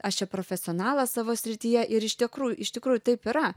aš čia profesionalas savo srityje ir iš tikrųj iš tikrųjų taip yra